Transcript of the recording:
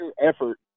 effort